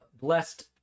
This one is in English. blessed